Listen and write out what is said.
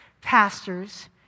pastors